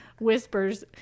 whispers